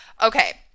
Okay